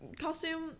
costume